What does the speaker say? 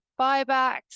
buybacks